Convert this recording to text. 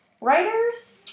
writers